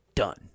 done